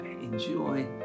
Enjoy